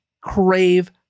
crave